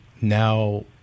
now